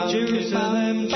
Jerusalem